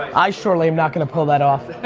i surely am not going to pull that off.